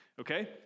Okay